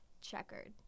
checkered